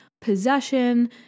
possession